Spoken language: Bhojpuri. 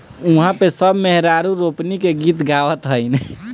उहा पे सब मेहरारू रोपनी के गीत गावत हईन